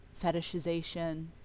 fetishization